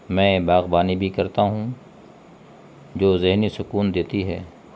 میں باغبانی بھی کرتا ہوں جو ذہنی سکون دیتی ہے